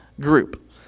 group